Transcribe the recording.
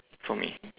for me